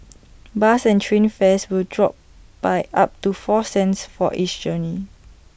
bus and train fares will drop by up to four cents for each journey